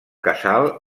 casal